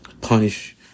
punish